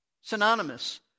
synonymous